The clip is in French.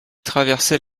traversait